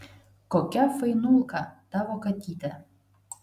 kokia fainulka tavo katytė